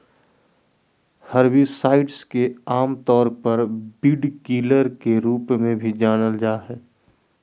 herbicides के आमतौर पर वीडकिलर के रूप में भी जानल जा हइ